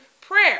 prayer